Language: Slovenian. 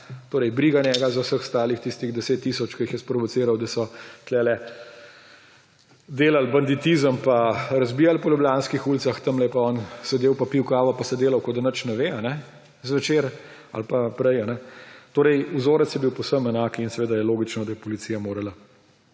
Torej briga njega za vseh ostalih tistih 10 tisoč, ki jih je sprovociral, da so tukaj delali banditizem, pa razbijali po ljubljanskih ulicah, on je pa sedel in pil kavo pa se delal, kot da zvečer nič ne ve. Torej vzorec je bil povsem enak in je logično, da je policija morala